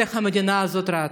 אני זוכרת איך המדינה הזאת נראתה.